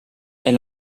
elle